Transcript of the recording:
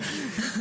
בבקשה.